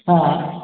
हा